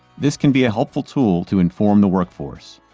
this can be a helpful tool to inform the workforce.